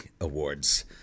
Awards